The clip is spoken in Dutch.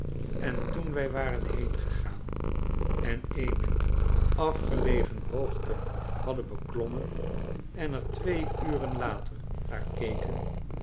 en toen wij waren heengegaan en eene afgelegen hoogte hadden beklommen en er twee uren later naar keken